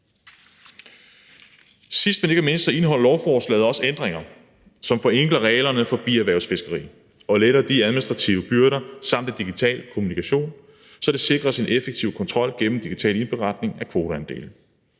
Sidst, men ikke mindst, indeholder lovforslaget også ændringer, som forenkler reglerne for bierhvervsfiskeri og letter de administrative byrder samt den digitale kommunikation, så der sikres en effektiv kontrol gennem digital indberetning af kvoteandele.